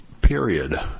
period